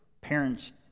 parents